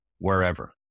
wherever